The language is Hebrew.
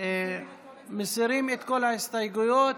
מסירים את כל ההסתייגויות.